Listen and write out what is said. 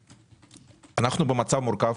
אנחנו במצב מורכב.